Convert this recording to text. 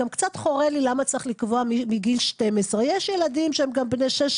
קצת חורה לי למה צריך לקבוע מגיל 12. יש ילדים שהם גם בני שש,